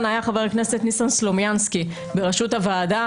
היה חבר הכנסת ניסן סלומינסקי בראשות הוועדה,